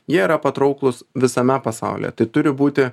jie yra patrauklūs visame pasaulyje tai turi būti